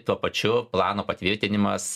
tuo pačiu plano patvirtinimas